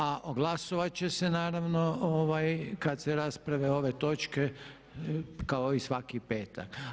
A glasovati će se naravno kada se rasprave ove točke kao i svaki petak.